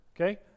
Okay